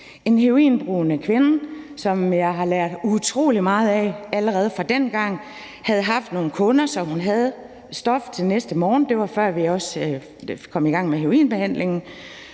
En heroinbrugende kvinde, som jeg allerede dengang havde lært utrolig meget af, havde haft nogle kunder, så hun havde stof til næste morgen – det var, før vi kom i gang med heroinbehandlingen